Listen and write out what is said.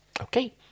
Okay